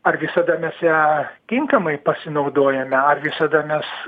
ar visada mes ją tinkamai pasinaudojame ar visada mes